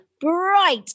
bright